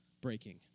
breaking